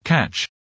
CATCH